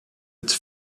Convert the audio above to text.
its